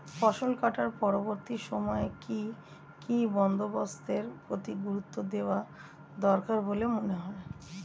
ফসল কাটার পরবর্তী সময়ে কি কি বন্দোবস্তের প্রতি গুরুত্ব দেওয়া দরকার বলে মনে হয়?